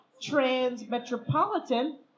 Trans-Metropolitan